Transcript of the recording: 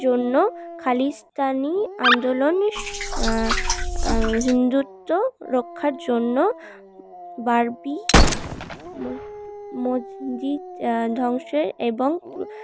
জন্য খালিস্তানি আন্দোলন হিন্দুত্ব রক্ষার জন্য বাবরি মসজিদ ধ্বংসের এবং